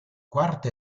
quarta